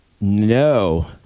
No